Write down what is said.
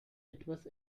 etwas